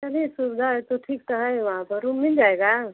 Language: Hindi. चलिए सुविधा है तो ठीक तो है वहाँ पर रूम मिल जाएगा